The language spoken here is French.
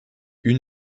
une